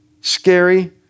scary